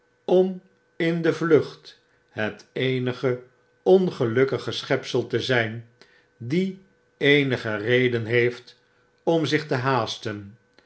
om in de vlucht het eenige ongelukkige schepsel te zyn die eenige reden heeft om zich te haasten